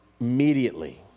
immediately